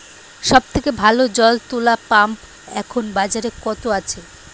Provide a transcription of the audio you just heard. সব থেকে ভালো জল তোলা পাম্প এখন বাজারে কত আছে?